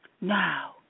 No